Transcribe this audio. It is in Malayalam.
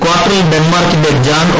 കാർട്ടറിൽ ഡെൻമാർക്കിന്റെ ജാൻ ഒ